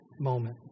moment